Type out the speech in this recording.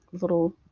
little